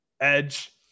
Edge